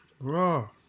Bro